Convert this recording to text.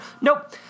Nope